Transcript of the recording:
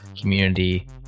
community